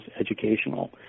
educational